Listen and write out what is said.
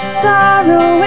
sorrow